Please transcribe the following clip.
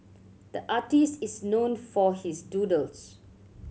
the artist is known for his doodles